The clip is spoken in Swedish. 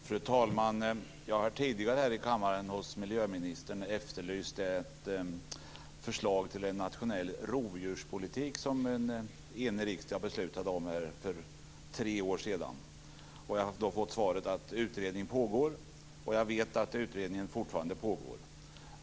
Fru talman! Jag har tidigare här i kammaren hos miljöministern efterlyst ett förslag till en nationell rovdjurspolitik, som en enig riksdag beslutade om för tre år sedan. Jag har då fått svaret att utredning pågår. Jag vet att utredningen fortfarande pågår.